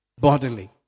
bodily